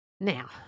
Now